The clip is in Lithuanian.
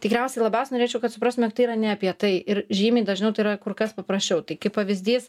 tikriausiai labiausia norėčiau kad suprastumėt ne apie tai ir žymiai dažniau tai yra kur kas paprasčiau tai kaip pavyzdys